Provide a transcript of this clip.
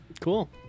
cool